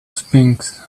sphinx